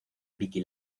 vicky